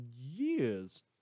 years